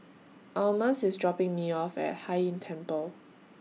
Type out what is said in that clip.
Almus IS dropping Me off At Hai Inn Temple